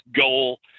goal